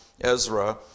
Ezra